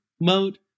mode